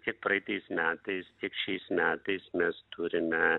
tiek praeitais metais tiek šiais metais mes turime